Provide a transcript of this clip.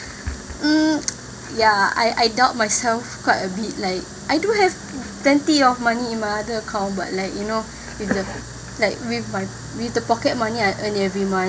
mm ya I I doubt myself quite a bit like I do have plenty of money in my other account but like you know with the like my with the pocket money I earn every month